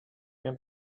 mehr